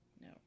No